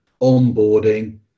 onboarding